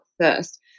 first